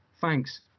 thanks